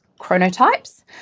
chronotypes